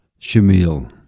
Shamil